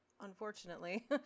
unfortunately